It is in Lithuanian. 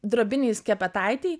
drobinėj skepetaitėj